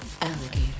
alligator